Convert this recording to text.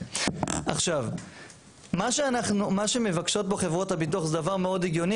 מה שמבקשות פה חברות הביטוח זה דבר מאוד הגיוני,